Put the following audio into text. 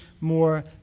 more